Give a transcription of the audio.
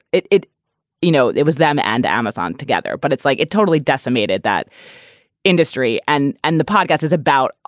it it you know, it was them and amazon together, but it's like it totally decimated that industry. and and the podcast is about.